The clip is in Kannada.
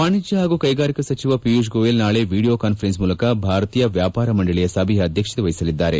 ವಾಣಿಜ್ಞ ಹಾಗೂ ಕೈಗಾರಿಕಾ ಸಚಿವ ಪಿಯೂಷ್ ಗೋಯಲ್ ನಾಳೆ ವಿಡಿಯೋ ಕಾನ್ದರೆನ್ಲ್ ಮೂಲಕ ಭಾರತೀಯ ವ್ಯಾಪಾರ ಮಂಡಳಿಯ ಸಭೆಯ ಅಡ್ಡಕತೆ ವಹಿಸಲಿದ್ದಾರೆ